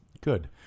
Good